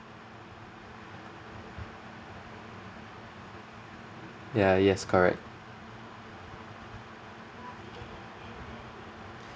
ya yes correct